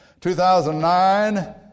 2009